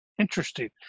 Interesting